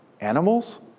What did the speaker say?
animals